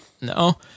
no